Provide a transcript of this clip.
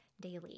daily